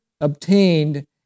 obtained